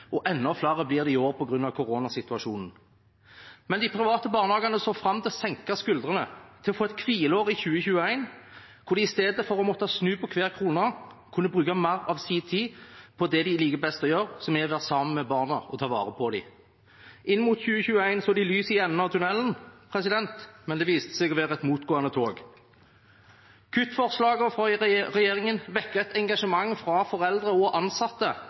Enda flere blir det i år på grunn av koronasituasjonen. De private barnehagene så fram til å senke skuldrene og til å få et hvileår i 2021, hvor de i stedet for å måtte snu på hver krone, kunne bruke mer av sin tid på det de liker best å gjøre, som er å være sammen med barna og ta vare på dem. Inn mot 2021 så de lyset i enden av tunnelen, men det viste seg å være et motgående tog. Kuttforslagene fra regjeringen vekker et engasjement som jeg ikke har opplevd maken til fra foreldre og ansatte.